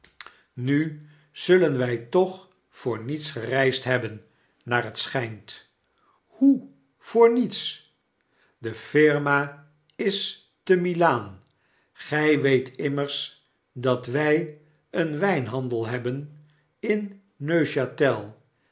nu zullen wy toch voor niets gereisd hebben naar het schijnt hoe voor niets de firma is temilaan gij weet immers dat wij een wynhandel hebben in neuchtelen